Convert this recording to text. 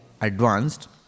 advanced